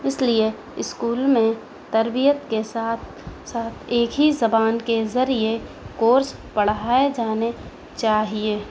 اس لیے اسکول میں تربیت کے ساتھ ساتھ ایک ہی زبان کے ذریعے کورس پڑھائے جانے چاہیے